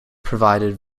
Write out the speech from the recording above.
provided